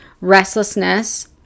restlessness